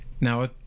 Now